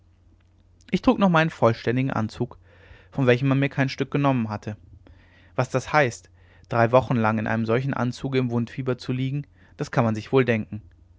ich trug noch meinen vollständigen anzug von welchem man mir kein stück genommen hatte was das heißt drei wochen lang in einem solchen anzuge im wundfieber zu liegen das kann man sich wohl denken